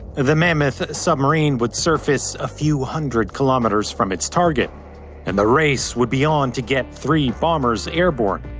the mammoth submarine would surface a few hundred kilometers from its target and the race would be on to get three bombers airborne.